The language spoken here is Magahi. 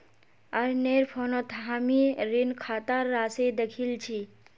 अरनेर फोनत हामी ऋण खातार राशि दखिल छि